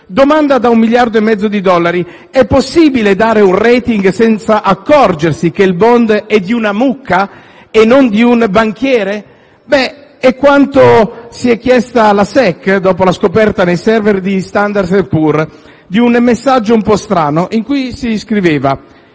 «Domanda da un miliardo e mezzo di dollari: è possibile dare un *rating*, senza accorgersi che il *bond* è di una mucca e non di un banchiere? È quanto si è chiesta la SEC dopo la scoperta nei *server* di Standard & Poor's di un messaggio un po' strano: "I nostri